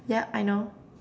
yeah I know